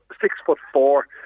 six-foot-four